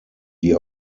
die